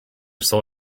saw